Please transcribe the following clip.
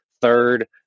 third